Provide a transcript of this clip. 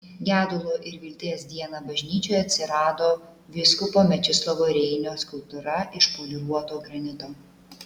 gedulo ir vilties dieną bažnyčioje atsirado vyskupo mečislovo reinio skulptūra iš poliruoto granito